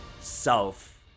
self